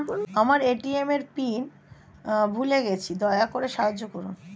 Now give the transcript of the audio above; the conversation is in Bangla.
আমার এ.টি.এম এর পিন ভুলে গেছি, দয়া করে সাহায্য করুন